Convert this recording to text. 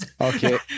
okay